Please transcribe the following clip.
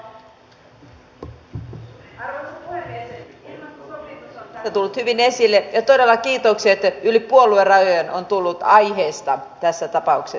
ilmastosopimus on täällä tullut hyvin esille ja todella kiitokset yli puoluerajojen ovat tulleet aiheesta tässä tapauksessa